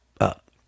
up